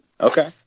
Okay